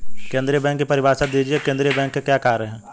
केंद्रीय बैंक की परिभाषा दीजिए केंद्रीय बैंक के क्या कार्य हैं?